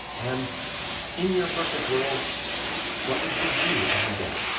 and in your perfect world what would you do every day?